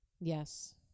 Yes